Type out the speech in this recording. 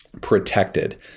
protected